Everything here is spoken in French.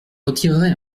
retirerai